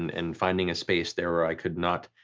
and and finding a space there where i could not,